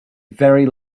very